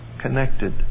connected